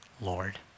Lord